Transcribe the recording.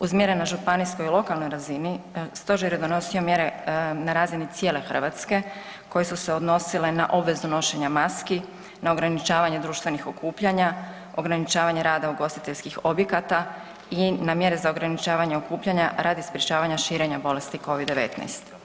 Uz mjere na županijskoj i lokalnoj razini stožer je donosio mjere na razini cijele Hrvatske koje su se odnosile na obvezno nošenje maski, na ograničavanje društvenih okupljanja, ograničavanje rada ugostiteljskih objekata i na mjere za ograničavanje okupljanja radi sprječavanja širenja bolesti Covid-19.